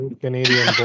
Canadian